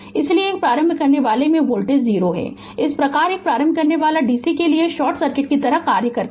इसलिए एक प्रारंभ करनेवाला में वोल्टेज 0 है इस प्रकार एक प्रारंभ करनेवाला dc के लिए शॉर्ट सर्किट की तरह कार्य करता है